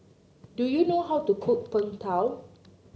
do you know how to cook Png Tao